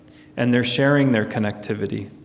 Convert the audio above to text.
and they're sharing their connectivity.